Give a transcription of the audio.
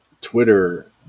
Twitter